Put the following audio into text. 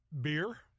beer